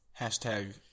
Hashtag